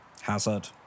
Hazard